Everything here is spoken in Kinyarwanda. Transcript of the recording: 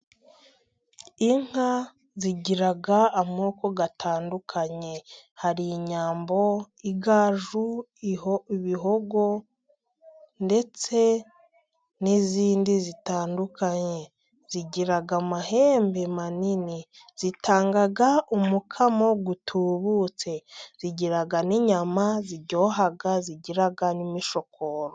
Inka zigira amoko atandukanye hari inyambo ,igaju, ibihogo ndetse n'izindi zitandukanye zigira amahembe manini, zitanga umukamo utubutse, zigira n'inyama ziryoha zigira n'imishokoro.